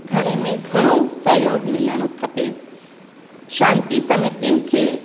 घणे में घणो सहयोग मिलणु खपे शांती समेतीन खे